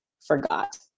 Forgot